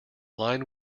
line